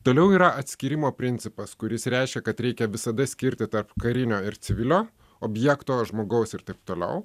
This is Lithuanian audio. toliau yra atskyrimo principas kuris reiškia kad reikia visada skirti tarp karinio ir civilio objekto žmogaus ir taip toliau